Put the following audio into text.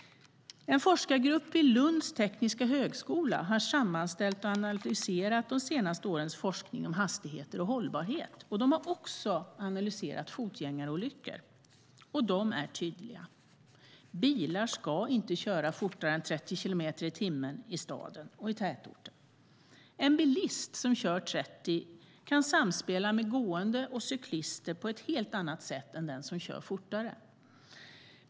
En forskargrupp vid Lunds tekniska högskola har sammanställt och analyserat de senaste årens forskning om hastigheter och hållbarhet. De har också analyserat fotgängarolyckor, och de är tydliga: Bilar ska inte köra fortare än 30 kilometer i timmen i städer och tätorter. En bilist som kör 30 kilometer i timmen kan samspela med gående och cyklande på ett helt annat sätt än den som kör fortare.